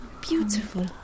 beautiful